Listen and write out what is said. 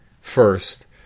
first